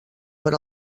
per